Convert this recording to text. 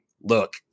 look